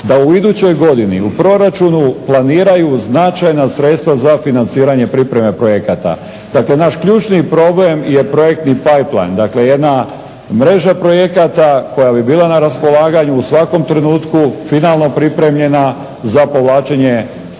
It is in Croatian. da u idućoj godini u proračunu planiraju značajna sredstva za financiranje pripreme projekata. Znači naš ključni problem je projektni …plan dakle jedna mreža projekata koja bi bila na raspolaganju u svakom trenutku finalno pripremljena za povlačenje tih